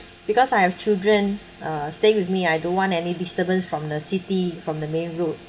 because I have children uh stay with me I don't want any disturbance from the city from the main road